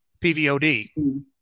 PVOD